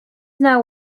now